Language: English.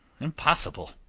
impossible!